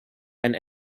and